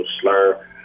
slur